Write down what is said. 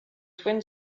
twin